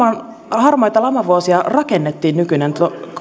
harmaita lamavuosia rakennettiin nykyinen